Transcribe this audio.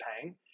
paying